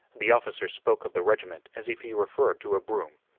the officer spoke of the regiment as if he referred to a broom.